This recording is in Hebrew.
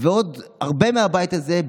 ועוד הרבה מהבית הזה,